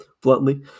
bluntly